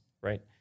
Right